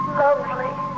lovely